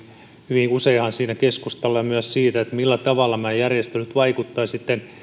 hyvin useinhan siinä keskustellaan myös siitä millä tavalla nämä järjestelyt vaikuttavat sitten